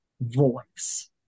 voice